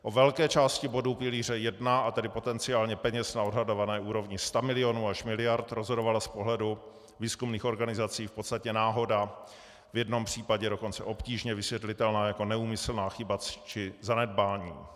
O velké části bodů pilíře jedna, a tedy potenciálně peněz na odhadované úrovni stamilionů až miliard, rozhodovala z pohledu výzkumných organizací v podstatě náhoda, v jednom případě dokonce obtížně vysvětlitelná jako neúmyslná chyba či zanedbání.